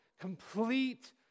complete